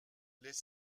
les